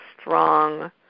strong